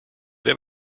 det